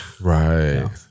Right